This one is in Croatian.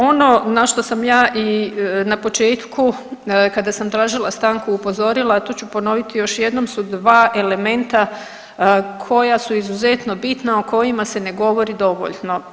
Ono na što sam ja i na početku kada sam tražila stanku upozorila, a to ću ponoviti još jednom su dva elementa koja su izuzetno bitna o kojima se ne govori dovoljno.